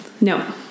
No